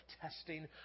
testing